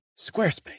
Squarespace